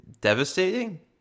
Devastating